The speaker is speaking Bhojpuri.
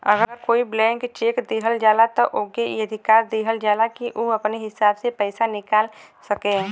अगर कोई के ब्लैंक चेक दिहल जाला त ओके ई अधिकार दिहल जाला कि उ अपने हिसाब से पइसा निकाल सके